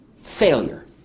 Failure